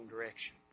direction